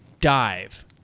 dive